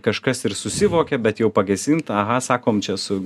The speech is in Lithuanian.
kažkas ir susivokia bet jau pagesint aha sakom čia su